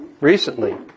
recently